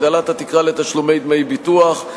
הגדלת התקרה לתשלום דמי ביטוח,